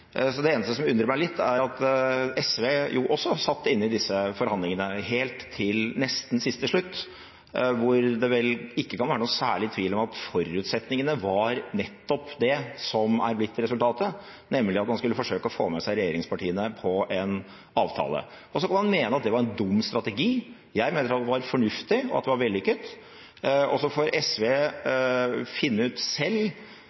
Det eneste som undrer meg litt, er at SV også satt i disse forhandlingene nesten helt til siste slutt, hvor det ikke kan være noen særlig tvil om at forutsetningene var nettopp det som er blitt resultatet, nemlig at man skulle forsøke å få med seg regjeringspartiene på en avtale. Man kan mene at det var en dum strategi, jeg mener at det var fornuftig og vellykket. Så får SV selv finne ut